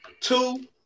Two